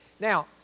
Now